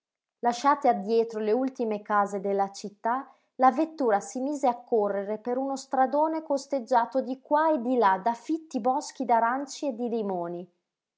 lasciate addietro le ultime case della città la vettura si mise a correre per uno stradone costeggiato di qua e di là da fitti boschi d'aranci e di limoni